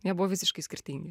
jie buvo visiškai skirtingi